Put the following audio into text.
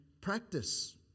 practice